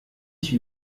ich